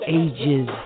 ages